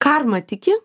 karma tiki